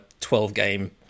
12-game